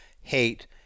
hate